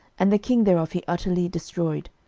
and the king thereof he utterly destroyed,